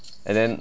and then